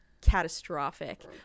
Catastrophic